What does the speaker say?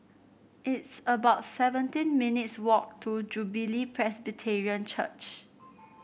it's about seventeen minutes' walk to Jubilee Presbyterian Church